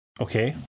Okay